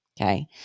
okay